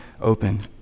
open